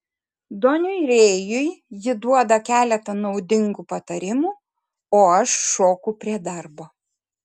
doniui rėjui ji duoda keletą naudingų patarimų o aš šoku prie darbo